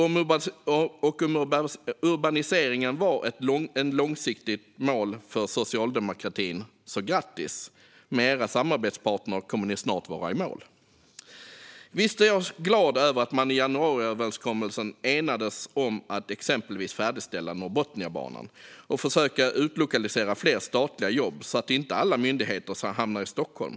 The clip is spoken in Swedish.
Om urbaniseringen varit ett långsiktigt mål för socialdemokratin, så grattis! Med era samarbetspartner kommer ni snart att vara i mål. Visst är jag glad över att man i januariöverenskommelsen enades om att till exempel färdigställa Norrbotniabanan och försöka utlokalisera fler statliga jobb så att inte alla myndigheter hamnar i Stockholm.